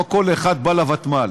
לא כל אחד בא לוותמ"ל.